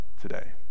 today